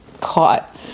caught